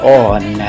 on